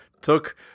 Took